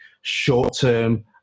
short-term